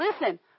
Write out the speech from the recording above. listen